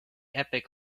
epoch